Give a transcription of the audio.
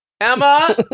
Emma